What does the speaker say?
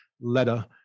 letter